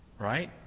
Right